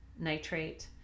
nitrate